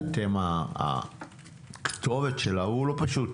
שאתם הכתובת שלה, הוא לא פשוט.